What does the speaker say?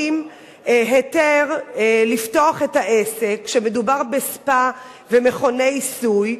היתר לפתוח את העסק כשמדובר בספא ומכוני עיסוי.